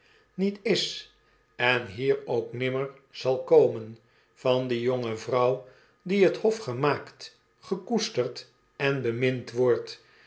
is on hier ook nimmer zal komen van die jonge vrouw die t hof gemaakt gekoesterd en bemind wordt